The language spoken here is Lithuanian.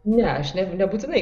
ne aš ne nebūtinai